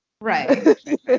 right